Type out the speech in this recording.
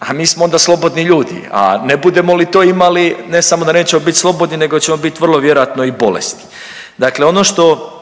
a mi smo onda slobodni ljudi, a ne budemo li to imali ne samo da nećemo biti slobodni nego ćemo bit vrlo vjerojatno i bolesni. Dakle, ono što